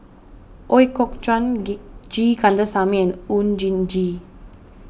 Ooi Kok Chuen G Kandasamy Oon Jin Gee